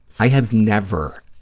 i have never,